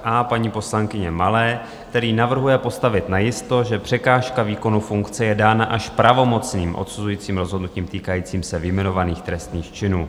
A paní poslankyně Malé, který navrhuje postavit najisto, že překážka výkonu funkce je dána až pravomocným odsuzujícím rozhodnutím týkajícím se vyjmenovaných trestných činů.